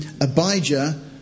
Abijah